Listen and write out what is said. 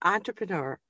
Entrepreneur